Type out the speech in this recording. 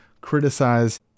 criticize